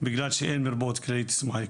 בגלל שאין מרפאות כללית סמייל,